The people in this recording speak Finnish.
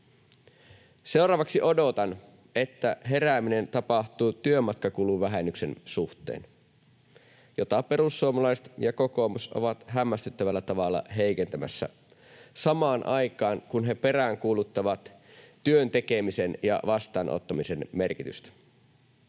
Seuraavaksi odotan, että herääminen tapahtuu työmatkakuluvähennyksen suhteen, jota perussuomalaiset ja kokoomus ovat hämmästyttävällä tavalla heikentämässä samaan aikaan, kun he peräänkuuluttavat työn tekemisen ja vastaanottamisen merkitystä.